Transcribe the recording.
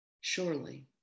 surely